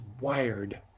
wired